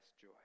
joy